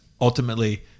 ultimately